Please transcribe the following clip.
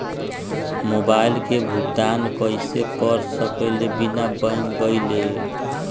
Mobile के भुगतान कईसे कर सकब बिना बैंक गईले?